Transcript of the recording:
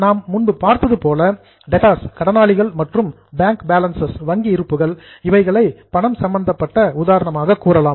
நாம் முன்பு பார்த்தது போல டெப்ட்டார்ஸ் கடனாளிகள் மற்றும் பேங்க் பேலன்ஸ்சஸ் வங்கி இருப்புகள் இவைகளை பணம் சம்பந்தப்பட்ட உதாரணமாக கூறலாம்